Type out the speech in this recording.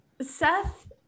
Seth